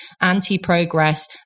anti-progress